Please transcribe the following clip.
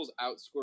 outscored